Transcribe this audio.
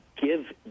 give